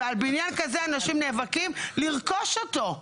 ועל בניין כזה אנשים נאבקים לרכוש אותו.